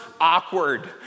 Awkward